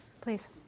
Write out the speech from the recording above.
Please